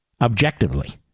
objectively